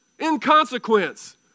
inconsequence